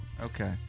Okay